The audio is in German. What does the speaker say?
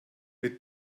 mit